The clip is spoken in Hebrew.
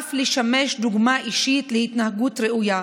וישאף לשמש דוגמה אישית להתנהגות ראויה,